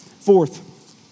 Fourth